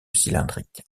cylindrique